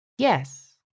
Yes